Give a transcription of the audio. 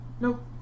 Nope